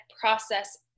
process